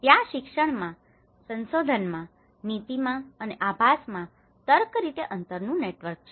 ત્યાં શિક્ષણ માં સંશોધન માં નીતિમાં અને અભાસમાં તર્ક રીતે અંતર નું નેટવર્ક છે